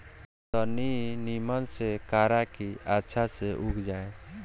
तनी निमन से करा की अच्छा से उग जाए